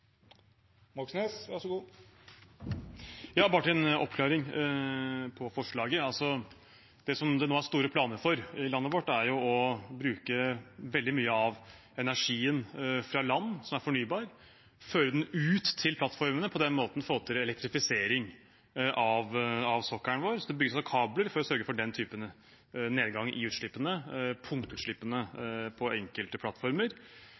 en oppklaring om forslaget. Det som det nå er store planer for i landet vårt, er å bruke veldig mye av energien fra land, som er fornybar, og føre den ut til plattformene, og på den måten få til elektrifisering av sokkelen vår, dvs. at det bygges kabler, som vil sørge for nedgang i utslippene, punktutslippene,